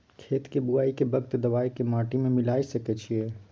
खेत के बुआई के वक्त दबाय के माटी में मिलाय सके छिये?